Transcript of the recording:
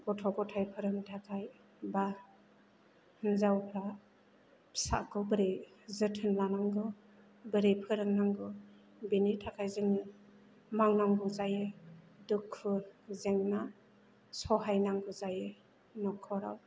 गथ' गथाय फोरोंनो थाखाय बा हिन्जावफ्रा फिसाखौ बोरै जोथोन लानांगौ बोरै फोरोंनांगौ बेनि थाखाय जोङो मावनांगौ जायो दुखु जेंना सहायनांगौ जायो न'खराव